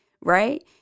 Right